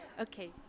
Okay